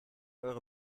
eure